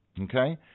okay